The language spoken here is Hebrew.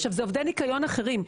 שיש שם עובדי ניקיון אחרים,